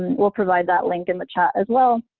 we'll provide that link in the chat as well,